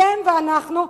אתם ואנחנו.